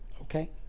Okay